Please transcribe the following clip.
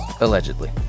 Allegedly